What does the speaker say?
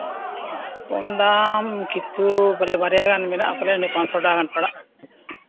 ᱚᱢ ᱫᱟᱢ ᱠᱤᱪᱷᱩ ᱵᱚᱞᱮ ᱵᱟᱨᱭᱟᱜᱟᱱ ᱢᱮᱱᱟᱜᱼᱟ ᱯᱟᱞᱮᱱ ᱯᱟᱸᱥᱥᱳ ᱴᱟᱠᱟ ᱜᱟᱱ ᱯᱟᱲᱟᱜᱼᱟ